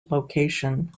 location